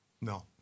No